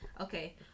Okay